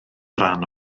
ran